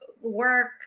work